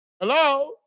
Hello